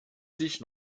sich